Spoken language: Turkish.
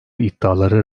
iddiaları